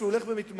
שהוא הולך ומתמעט?